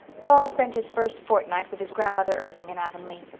paul spent his first fortnight with his grandmother irving in avonlea.